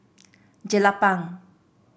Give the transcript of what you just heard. Jelapang